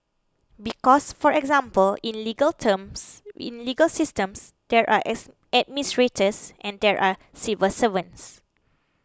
because for example in legal terms in legal systems there are administrators and there are civil servants